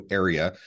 area